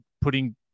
putting